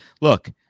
look